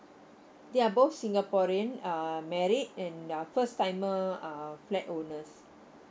they are both singaporean uh married and they are first timer flat owners